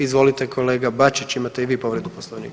Izvolite, kolega Bačić, imate i vi povredu Poslovnika.